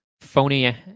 phony